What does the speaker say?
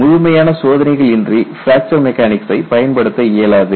முழுமையான சோதனைகள் இன்றி பிராக்சர் மெக்கானிக்சை பயன்படுத்த இயலாது